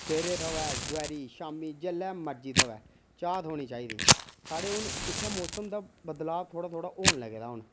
सवेरे थ्होऐ दपैह्री शाम्मी जेल्लै मर्जी थ्होऐ चाह थ्होनी चाहिदी साढ़ी हून इत्थै मौसम दा बदलाव थोह्ड़ाह् थोड़ा होन लगे दा हून